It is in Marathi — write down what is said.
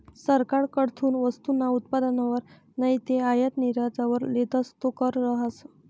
सरकारकडथून वस्तूसना उत्पादनवर नैते आयात निर्यातवर लेतस तो कर रहास